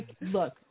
look